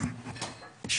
תודה ירדנה.